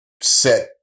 set